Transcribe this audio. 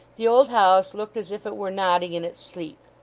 the old house looked as if it were nodding in its sleep.